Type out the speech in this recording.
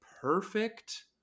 perfect